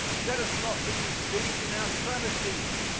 let us not be deceived in our premises.